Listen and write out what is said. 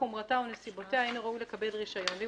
חומרתה או נסיבותיה אין הוא ראוי לקבל רישיון,